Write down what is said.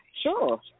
Sure